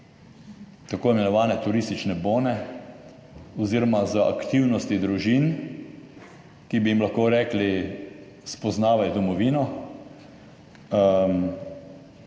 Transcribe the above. tako imenovane turistične bone oziroma za aktivnosti družin, ki bi jim lahko rekli spoznavaj domovino.